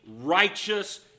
righteous